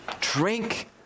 Drink